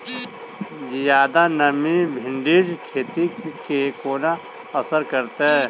जियादा नमी भिंडीक खेती केँ कोना असर करतै?